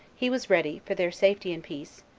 he was ready, for their safety and peace,